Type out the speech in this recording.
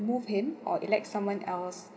remove him or elect someone else